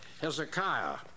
Hezekiah